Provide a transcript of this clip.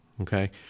Okay